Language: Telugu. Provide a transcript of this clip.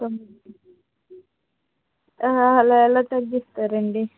ఆ అలా ఎలా తగ్గిస్తారు అండి